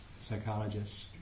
psychologists